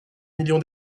million